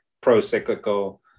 pro-cyclical